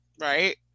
right